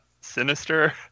sinister